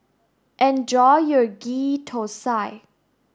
enjoy your Ghee Thosai